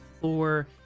floor